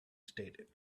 stated